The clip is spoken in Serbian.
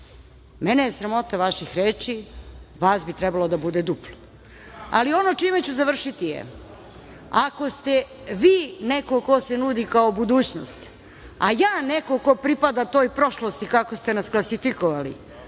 je sramota vaših reči. Vas bi trebalo da bude duplo. Ono čime ću završiti je – ako ste vi neko ko se nudi kao budućnost, a ja kao neko ko pripada toj prošlosti, kako ste nas klasifikovali,